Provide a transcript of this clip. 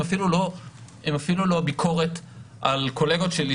הם אפילו לא ביקורת על קולגות שלי,